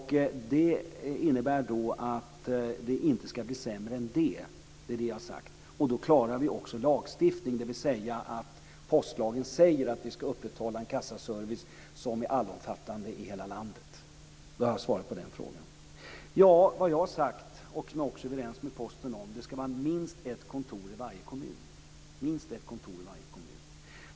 Det innebär att det inte ska bli sämre än det har jag sagt. Då klarar vi också lagstiftningen, dvs. att postlagen säger att vi ska upprätthålla en kassaservice som är allomfattande i hela landet. Då har jag svarat på den frågan. Vad jag har sagt, och som jag också är överens med Posten om, är att det ska vara minst ett kontor i varje kommun.